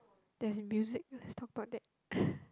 there is music let's talk about that